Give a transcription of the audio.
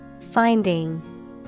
Finding